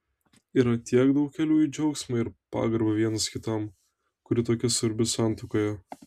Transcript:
yra tiek daug kelių į džiaugsmą ir pagarbą vienas kitam kuri tokia svarbi santuokoje